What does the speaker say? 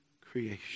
creation